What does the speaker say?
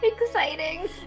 Exciting